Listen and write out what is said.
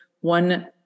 one